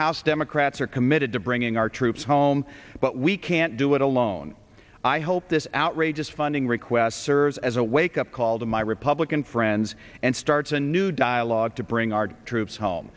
house democrats are committed to bringing our troops home but we can't do it alone i hope this outrageous funding request serves as a wake up call to my republican friends and starts a new dialogue to bring our troops home